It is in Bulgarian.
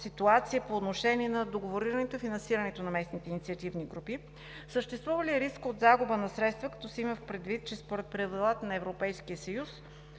ситуация по отношение договорирането и финансирането на местните инициативни групи? Съществува ли риск от загуба на средства, като се има предвид, че според правилата на Европейския съюз,